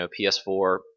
PS4